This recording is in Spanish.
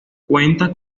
cuenta